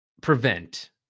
prevent